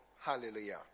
Hallelujah